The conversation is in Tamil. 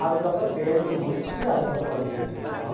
அதுக்கப்புறம் பேசி முடிச்சிவிட்டு அதுக்கப்புறம் வண்டியை எடுத்துகிட்டு போகலாம்